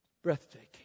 Breathtaking